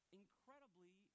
incredibly